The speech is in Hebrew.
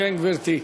כן, גברתי.